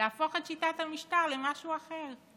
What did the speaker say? להפוך את שיטת המשטר למשהו אחר.